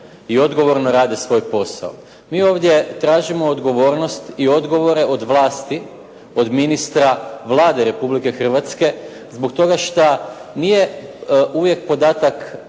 i odgovorno rade svoj posao. Mi ovdje tražim odgovornost i odgovore od vlasti, od ministra Vlade Republike Hrvatske zbog toga šta nije uvijek podatak